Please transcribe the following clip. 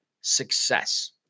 Success